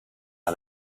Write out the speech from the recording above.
how